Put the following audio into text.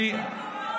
קורונה,